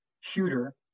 shooter